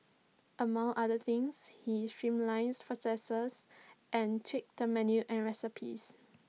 among other things he streamlined processes and tweaked the menu and recipes